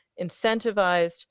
incentivized